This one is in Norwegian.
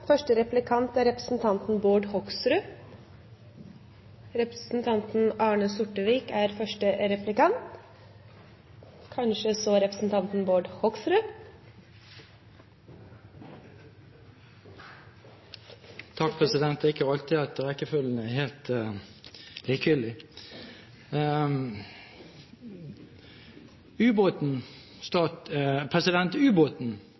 Første replikant er representanten Bård Hoksrud – representanten Arne Sortevik er første replikant, og så representanten Hoksrud. Det er ikke alltid rekkefølgen er helt likegyldig. Ubåten